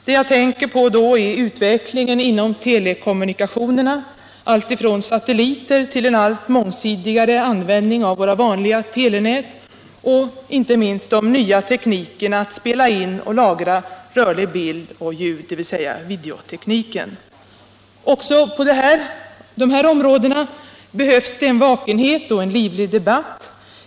Det jag tänker på är utvecklingen inom telekommunikationerna, alltifrån satelliter till en allt mångsidigare användning av våra vanliga telenät, och inte minst de nya teknikerna att spela in och lagra rörlig bild och ljud, dvs. videotekniken. Också på de här områdena behövs en vakenhet och en livlig debatt.